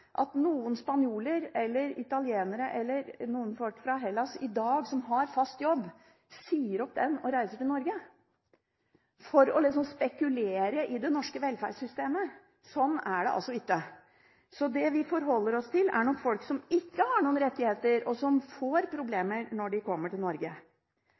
at noen spanjoler, italienere eller folk fra Hellas som har fast jobb, i dag sier opp den og reiser til Norge for å spekulere i det norske velferdssystemet. Sånn er det altså ikke. Det vi forholder oss til, er nok folk som ikke har noen rettigheter, og som får problemer når de kommer til Norge.